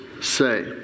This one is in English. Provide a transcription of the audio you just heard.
say